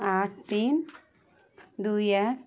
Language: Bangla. আট তিন দুই এক